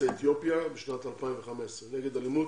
יוצאי אתיופיה בשנת 2015 נגד אלימות